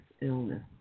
Illness